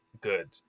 good